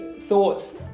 thoughts